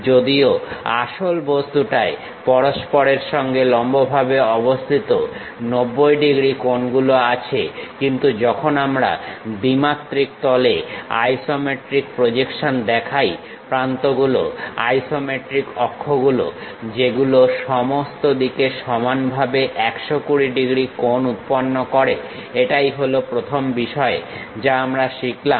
যদিও আসল বস্তুটায় পরস্পরের সঙ্গে লম্বভাবে অবস্থিত 90 ডিগ্রী কোণ গুলো আছে কিন্তু যখন আমরা দ্বিমাত্রিক তলে আইসোমেট্রিক প্রজেকশন দেখাই প্রান্ত গুলো আইসোমেট্রিক অক্ষ গুলো যেগুলো সমস্ত দিকে সমানভাবে 120 ডিগ্রী কোণ উৎপন্ন করে এটাই হলো প্রথম বিষয় যা আমরা শিখলাম